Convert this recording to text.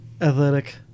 athletic